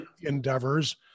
endeavors